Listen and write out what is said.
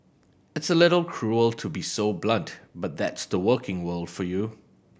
it's a little cruel to be so blunt but that's the working world for you